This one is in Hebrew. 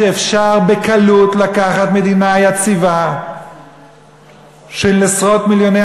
אפשר בקלות לקחת מדינה יציבה של עשרות מיליוני